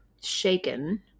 shaken